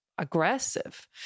aggressive